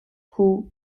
who